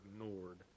ignored